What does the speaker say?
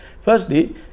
Firstly